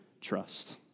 trust